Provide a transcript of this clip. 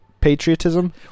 patriotism